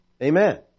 Amen